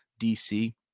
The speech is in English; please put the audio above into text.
DC